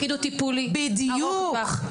התפקיד הוא טיפולי, ארוך טווח.